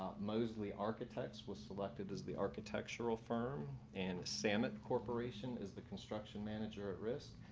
mosley architects was selected as the architectural firm and samet corporation is the construction manager at risk.